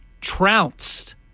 trounced